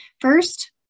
First